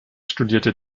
studierte